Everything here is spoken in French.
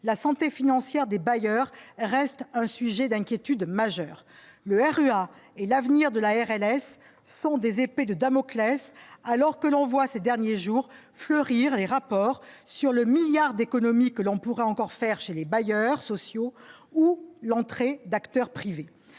la santé financière des bailleurs reste un sujet d'inquiétude majeure, le RU à et l'avenir de la RLS sont des épées de Damoclès alors que l'on voit ces derniers jours, fleurir les rapports sur le milliard d'économie que l'on pourrait encore faire chez les bailleurs sociaux ou l'entrée d'acteurs privés,